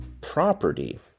property